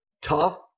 Tough